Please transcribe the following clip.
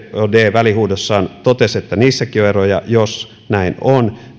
välihuudossaan totesi niissäkin on eroja jos näin on